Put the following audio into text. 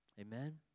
Amen